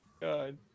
God